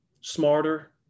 smarter